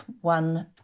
one